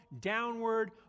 downward